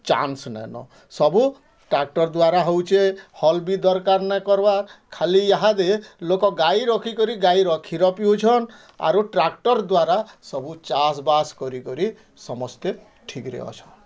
chance ନାଇଁ ନ ସବୁ ଟ୍ରାକ୍ଟର୍ ଦ୍ଵାରା ହଉଛେ ହଲ ବି ଦରକାର୍ ନାଇଁ କରବାର୍ ଖାଲି ଇହାଦେ ଲୋକ ଗାଈ ରଖିକରି ଗାଈର କ୍ଷୀର ପିଉଛନ୍ ଆରୁ ଟ୍ରାକ୍ଟର୍ ଦ୍ଵାରା ସବୁ ଚାଷ୍ ବାସ କରି କରି ସମସ୍ତେ ଠିକ୍ ରେ ଅଛନ୍